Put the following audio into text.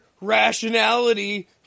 rationality